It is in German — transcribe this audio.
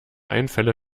einfälle